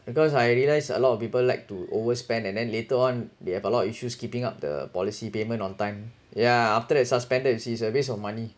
because I realised a lot of people like to overspend and then later on they have a lot of issues keeping up the policy payment on time yeah after that suspended it's a waste of money